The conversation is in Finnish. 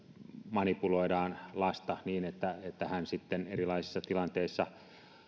manipuloidaan lasta niin että hän sitten erilaisissa tilanteissa